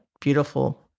beautiful